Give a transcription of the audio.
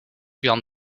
jan